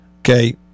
okay